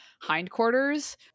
hindquarters